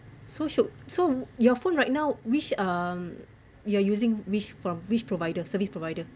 so sho~ so your phone right now which uh you are using which from which provider service provider